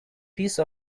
piece